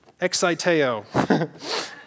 Exciteo